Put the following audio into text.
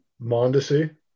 Mondesi